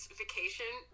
vacation